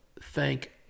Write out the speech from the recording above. thank